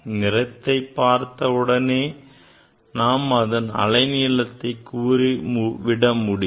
நிறத்தை பார்த்தவுடனேயே நாம் அதன் அலைநீளத்தை கூறிவிட முடியும்